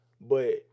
But-